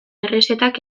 errezetak